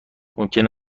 ممکن